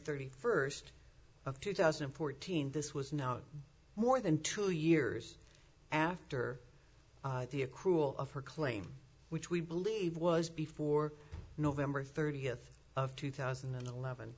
thirty first of two thousand and fourteen this was not more than two years after the accrual of her claim which we believe was before november thirtieth of two thousand and eleven